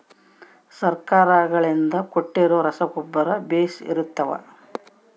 ಸರ್ಕಾರಗಳಿಂದ ಕೊಟ್ಟಿರೊ ರಸಗೊಬ್ಬರ ಬೇಷ್ ಇರುತ್ತವಾ?